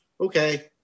okay